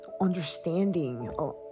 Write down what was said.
understanding